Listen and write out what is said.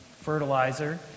fertilizer